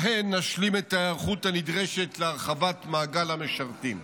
שבהן נשלים את ההיערכות הנדרשת להרחבת מעגל המשרתים,